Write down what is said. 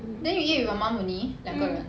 then you eat with my mum only 两个人